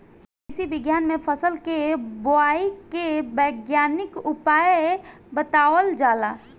कृषि विज्ञान में फसल के बोआई के वैज्ञानिक उपाय बतावल जाला